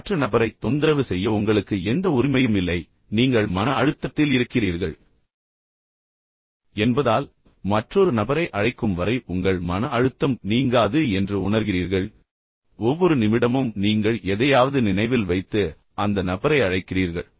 இப்போது மற்ற நபரை தொந்தரவு செய்ய உங்களுக்கு எந்த உரிமையும் இல்லை நீங்கள் கவலைப்படுவதால் நீங்கள் மன அழுத்தத்தில் இருக்கிறீர்கள் என்பதால் பின்னர் நீங்கள் உண்மையில் மற்றொரு நபரை அழைக்கும் வரை உங்கள் மன அழுத்தம் நீங்காது என்று உணர்கிறீர்கள் ஒவ்வொரு நிமிடமும் நீங்கள் எதையாவது நினைவில் வைத்து அந்த நபரை அழைக்கிறீர்கள்